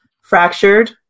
fractured